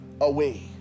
away